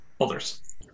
others